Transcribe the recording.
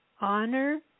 honor